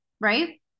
right